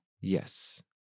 Yes